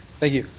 thank you.